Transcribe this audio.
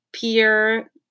peer